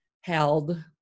held